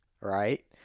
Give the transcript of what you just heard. right